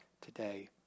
today